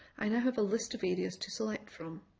i now have a list of areas to select from.